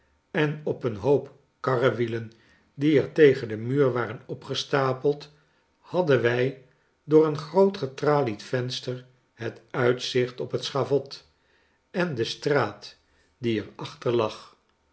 en op een hoop karrewielen die er tegen den muur waren opgestapeld hadden wij door een groot getralied venster het uitzicht op het schavot en de straat die er achter lag